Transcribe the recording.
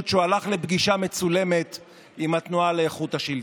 שהוא הלך לפגישה מצולמת עם התנועה לאיכות השלטון.